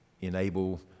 enable